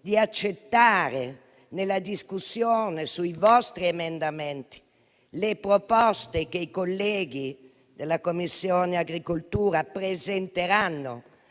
di accettare, nella discussione sui vostri emendamenti, le proposte che i colleghi della Commissione agricoltura presenteranno